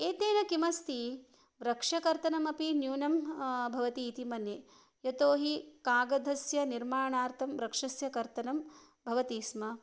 एतेन किमस्ति वृक्षकर्तनमपि न्यूनं भवति इति मन्ये यतोहि कागदस्य निर्माणार्थं वृक्षस्य कर्तनं भवति स्म